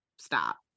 stop